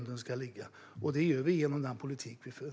Det gör vi genom den politik vi för.